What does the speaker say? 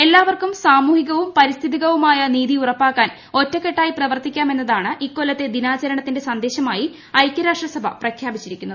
എല്ലാവർക്കും സാമൂഹിക്കും പരിസ്ഥിതികവുമായ നീതി ഉറപ്പാക്ക്യാൻ ഒറ്റക്കെട്ടായ് പ്രവർത്തിക്കാം എന്നതാണ് ഇക്കൊല്ലം ദിനാചരണത്തിന്റെ സന്ദേശമായി ഐക്യരാഷ്ട്രസൂഭ്യപ്രഖ്യാപിച്ചിരിക്കുന്നത്